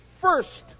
first